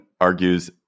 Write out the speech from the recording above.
argues